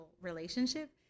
relationship